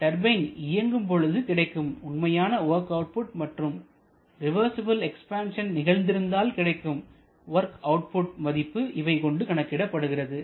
turbine இயங்கும் பொழுது கிடைக்கும் உண்மையான வொர்க் அவுட்புட் மற்றும் ரிவர்ஸிபில் எக்ஸ்பேன்சன் நிகழ்ந்திருந்தால் கிடைக்கும் வொர்க் அவுட்புட் மதிப்பு இவை கொண்டு கணக்கிடப்படுகிறது